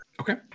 okay